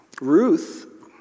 Ruth